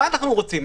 מה אנחנו רוצים,